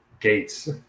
Gates